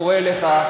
קורא לך,